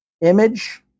image